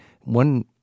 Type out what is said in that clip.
one